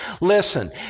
listen